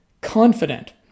confident